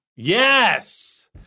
Yes